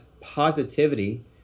positivity